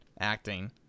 acting